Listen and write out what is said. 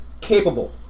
capable